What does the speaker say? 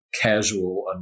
casual